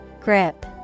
Grip